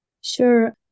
Sure